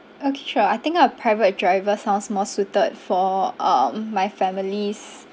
okay sure I think a private driver sounds more suited for um my family's